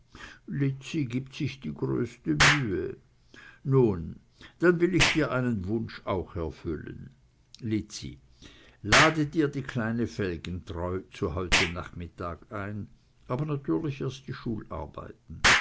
lizzi gibt sich die größte mühe nun dann will ich dir deinen wunsch auch erfüllen lizzi lade dir die kleine felgentreu zu heute nachmittag ein aber natürlich erst die schularbeiten